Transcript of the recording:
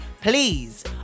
Please